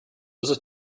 roses